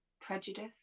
prejudice